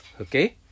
Okay